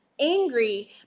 angry